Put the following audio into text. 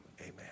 Amen